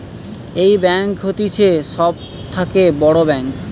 এই ব্যাঙ্ক হতিছে সব থাকে বড় ব্যাঙ্ক